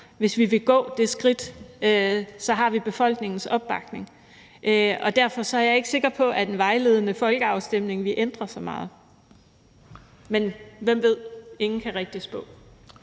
Hvis vi vil gå det skridt, har vi befolkningens opbakning. Derfor er jeg ikke sikker på, at en vejledende folkeafstemning ville ændre så meget. Men hvem ved? Ingen kan rigtig spå.